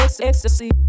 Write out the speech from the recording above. ecstasy